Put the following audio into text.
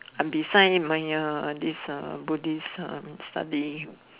and beside my this Buddhist I've been studying